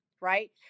right